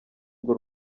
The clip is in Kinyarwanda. urwo